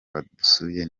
badusuye